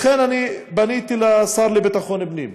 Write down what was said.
לכן אני פניתי לשר לביטחון פנים,